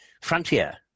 frontier